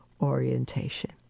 orientation